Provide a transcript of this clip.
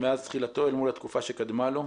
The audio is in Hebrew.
מאז תחילתו אל מול התקופה שקדמה לו,